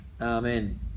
amen